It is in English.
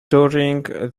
during